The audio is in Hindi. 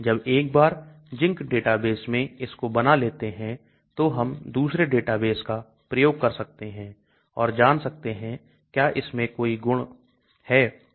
जब एक बार ZINC डेटाबेस में इसको बना लेते हैं तो हम दूसरे डेटाबेस का प्रयोग कर सकते हैं और जान सकते हैं क्या इसमें कोई और गुण है